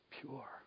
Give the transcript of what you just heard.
pure